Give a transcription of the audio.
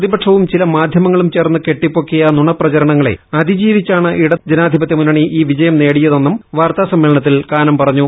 പ്രതിപക്ഷവും മാധ്യമങ്ങളും ചേർന്ന് കെട്ടിപ്പൊക്കിയ നുണപ്രചർണങ്ങ്ളെ അതിജീവിച്ചാണ് ഇടതു ജനാധിപത്യമുന്നണി ഇങ്കുപ്പ് വിജയം നേടിയതെന്നും വാർത്താ സമ്മേളത്തിൽ കാനം പറഞ്ഞു